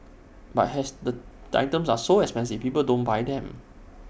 but as the items are so expensive people don't buy them